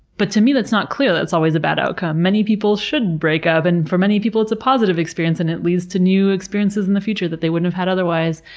but to me that's not clear that it's always a bad outcome. many people should break up, and for many people it's a positive experience and it leads to new experiences in the future that they wouldn't have had otherwise.